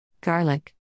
Garlic